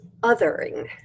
othering